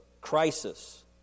crisis